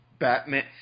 Batman